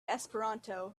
esperanto